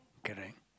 correct